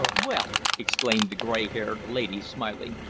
well, exclaimed the gray-haired lady smiling,